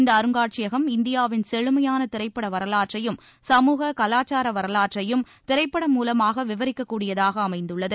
இந்த அருங்காட்சியகம் இந்தியாவின் செழுமையான திரைப்பட வரலாற்றையும் சமூக கலாச்சார வரலாற்றையும் திரைப்படம் மூலமாக விவரிக்கக் கூடியதாக அமைந்துள்ளது